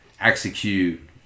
execute